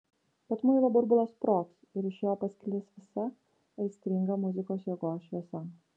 bet muilo burbulas sprogs ir iš jo pasklis visa aistringa muzikos jėgos šviesa